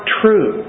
true